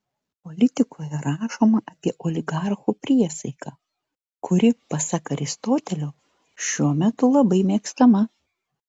politikoje rašoma apie oligarchų priesaiką kuri pasak aristotelio šiuo metu labai mėgstama